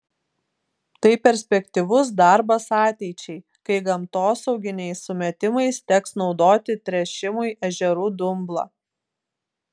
tai perspektyvus darbas ateičiai kai gamtosauginiais sumetimais teks naudoti tręšimui ežerų dumblą